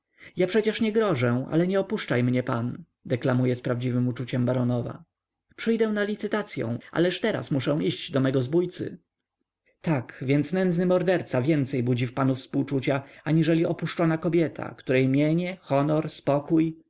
ja przecież nie grożę ale nie opuszczaj mnie pan deklamuje z prawdziwem uczuciem baronowa przyjdę na licytacyą ależ teraz muszę iść do mego zbójcy tak więc nędzny morderca więcej budzi w panu współczucia aniżeli opuszczona kobieta której mienie honor spokój